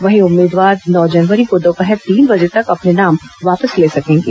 वहीं उम्मीदवार नौ जनवरी को दोपहर तीन बजे तक नाम वापस ले सकेंगे